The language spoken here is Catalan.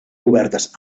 cobertes